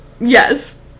Yes